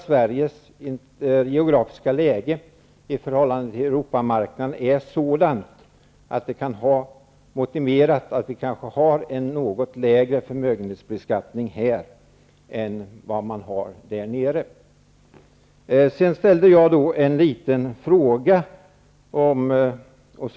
Sveriges geografiska läge i förhållande till Europamarknaden har kanske också motiverat en något lägre förmögenhetsbeskattning här än nere i Europa. Jag ställde frågan om huruvida reservanternas skatteförslag är familjevänligt.